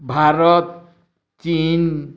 Bharat Chin